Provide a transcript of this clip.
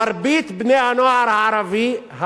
מרבית בני-הנוער הערבים,